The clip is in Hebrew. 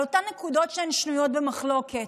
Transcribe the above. על אותן נקודות ששנויות במחלוקת.